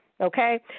okay